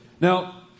Now